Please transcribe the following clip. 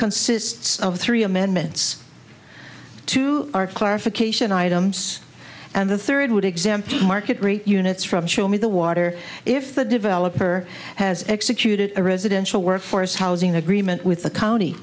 consists of three amendments to our clarification items and the third would exempt market rate units from show me the water if the developer has executed a residential workforce housing agreement with the county